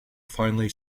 finally